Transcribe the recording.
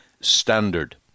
standard